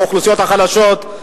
את האוכלוסיות החלשות,